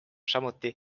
samuti